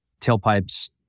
tailpipes